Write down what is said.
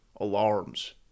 alarms